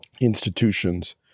institutions